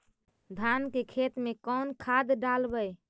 धान के खेत में कौन खाद डालबै?